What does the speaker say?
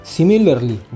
Similarly